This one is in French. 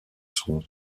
sont